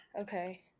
Okay